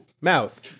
Mouth